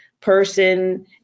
person